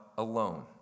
alone